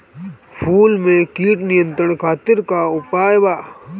फूल में कीट नियंत्रण खातिर का उपाय बा?